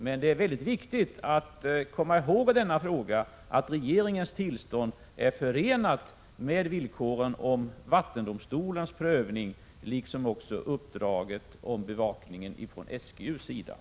Men det är mycket viktigt att komma ihåg att regeringens tillstånd är förenat med villkoren som gäller vattendomstolens prövning och SGU:s bevakningsuppdrag.